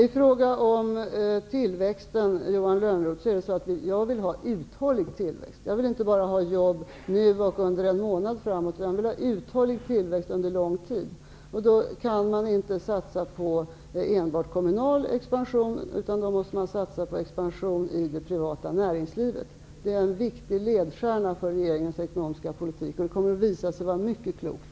I fråga om tillväxten är det så, Johan Lönnroth, att jag vill ha uthållig tillväxt. Jag vill inte bara ha jobb nu och under en månad framåt, utan jag vill ha uthållig tillväxt under lång tid. Då kan man inte satsa på enbart kommunal expansion, utan då måste man satsa på expansion i det privata näringslivet. Det är en viktig ledstjärna för regeringens ekonomiska politik, och det kommer att visa sig vara mycket klokt.